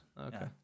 Okay